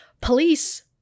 Police